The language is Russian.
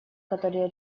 которые